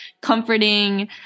comforting